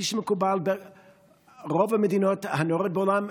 כפי שמקובל ברוב המדינות הנאורות בעולם,